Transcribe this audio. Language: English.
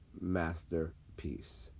Masterpiece